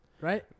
Right